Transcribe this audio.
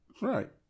right